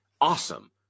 Awesome